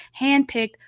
handpicked